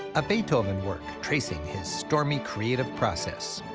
a beethoven work tracing his stormy creative process.